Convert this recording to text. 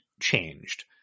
changed